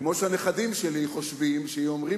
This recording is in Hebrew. כמו שהנכדים שלי חושבים שאם הם אומרים